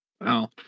Wow